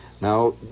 Now